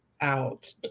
out